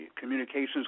communications